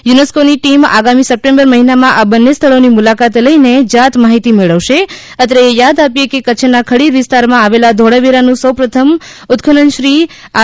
યુનેસ્કોની team આગામી September મહિનામાં આ બંને સ્થળોની મુલાકાત લઈને જાત માહિતી મેળવશે અત્રે એ યાદ આપીયે કે કચ્છના ખડીર વિસ્તારમાં આવેલા ધોળાવીરાનું સૌ પ્રથમ ઉત્અનન શ્રી આર